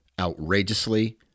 outrageously